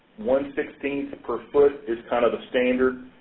one sixteen per foot is kind of the standard.